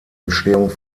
entstehung